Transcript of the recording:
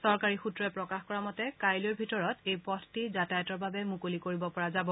চৰকাৰী সূত্ৰই প্ৰকাশ কৰা মতে কাইলৈৰ ভিতৰত এই পথটি যাতায়তৰ বাবে মুকলি কৰিব পৰা যাব